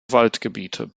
waldgebiete